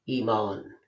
Iman